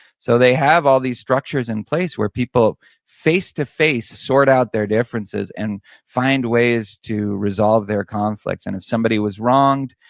so they have all these structures in place where people face-to-face sort out their differences, and find ways to resolve their conflicts. and if somebody was wronged,